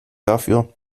dafür